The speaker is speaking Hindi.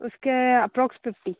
उसके अप्रॉक्स फिफ्टी